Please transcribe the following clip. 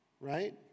right